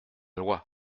loi